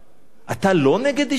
אתה לא נגד השתמטות?